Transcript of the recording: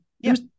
Yes